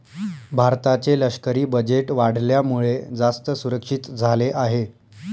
भारताचे लष्करी बजेट वाढल्यामुळे, जास्त सुरक्षित झाले आहे